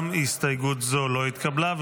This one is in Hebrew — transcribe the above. גם הסתייגות זו לא התקבלה.